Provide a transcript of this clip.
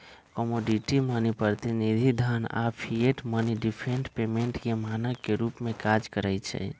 commodity money, प्रतिनिधि धन आऽ फिएट मनी डिफर्ड पेमेंट के मानक के रूप में काज करइ छै